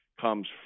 comes